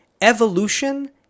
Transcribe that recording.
Evolution